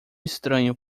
estranho